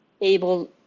able